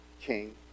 King